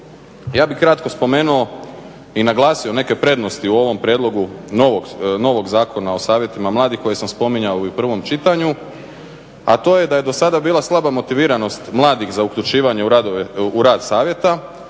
Ja bih kratko spomenuo i naglasio neke prednosti u ovom prijedlogu novog Zakona o savjetima mladih koje sam spominjao i u prvom čitanju, a to je da je dosada bila slaba motiviranost mladih za uključivanje u rad savjeta,